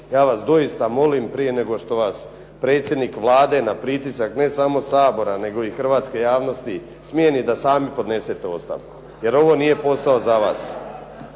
ja vas doista molim prije nego što vas predsjednik Vlade na pritisak ne samo Sabora nego i hrvatske javnosti smijeni da sami podnesete ostavku jer ovo nije posao za vas.